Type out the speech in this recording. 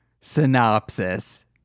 synopsis